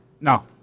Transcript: No